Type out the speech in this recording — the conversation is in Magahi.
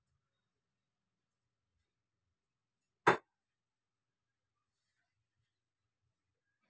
मोहन डेबिट कार्डेर जरिए चार हजार टाका निकलालछोक